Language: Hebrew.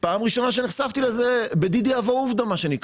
פעם ראשונה שנחשפתי לזה בדידי הווא עובדא מה שנקרא.